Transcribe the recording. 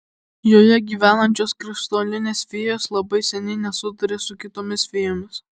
joje gyvenančios krištolinės fėjos labai seniai nesutaria su kitomis fėjomis